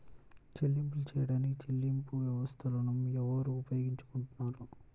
చెల్లింపులు చేయడానికి చెల్లింపు వ్యవస్థలను ఎవరు ఉపయోగించుకొంటారు?